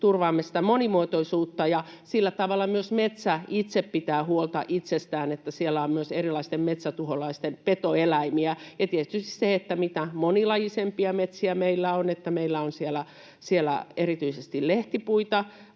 turvaamme sitä monimuotoisuutta ja myös metsä itse pitää huolta itsestään sillä tavalla, että siellä on myös erilaisten metsätuholaisten petoeläimiä, ja tietysti sillä, mitä monilajisempia metsiä meillä on, että meillä on siellä erityisesti lehtipuita,